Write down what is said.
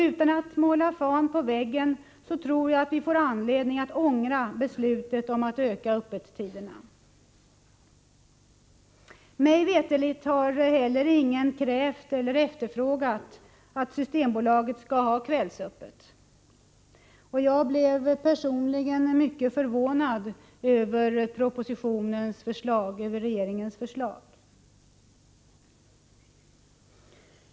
Utan att måla fan på väggen tror jag vi får anledning att ångra beslutet om att öka öppettiderna. Mig veterligt har heller ingen krävt eller efterfrågat att Systembolaget skall ha kvällsöppet. Jag blev personligen mycket förvånad över förslaget i regeringens proposition.